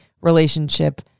relationship